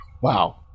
Wow